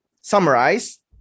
summarize